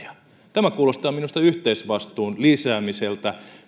tämä kuulostaa minusta yhteisvastuun lisäämiseltä